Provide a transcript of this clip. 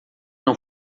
não